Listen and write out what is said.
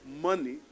money